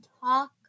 talk